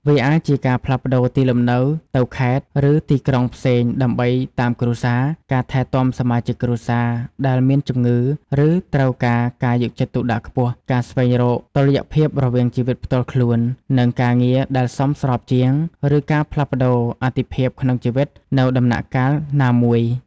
វាអាចជា ការផ្លាស់ប្តូរទីលំនៅទៅខេត្ត ឬទីក្រុងផ្សេងដើម្បីតាមគ្រួសារ ការថែទាំសមាជិកគ្រួសារដែលមានជំងឺ ឬត្រូវការការយកចិត្តទុកដាក់ខ្ពស់ ការស្វែងរកតុល្យភាពរវាងជីវិតផ្ទាល់ខ្លួន និងការងារដែលសមស្របជាង ឬការផ្លាស់ប្តូរអាទិភាពក្នុងជីវិតនៅដំណាក់កាលណាមួយ ។